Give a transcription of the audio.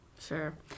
sure